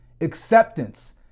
acceptance